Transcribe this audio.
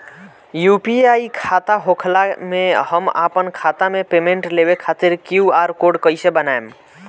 UPI खाता होखला मे हम आपन खाता मे पेमेंट लेवे खातिर क्यू.आर कोड कइसे बनाएम?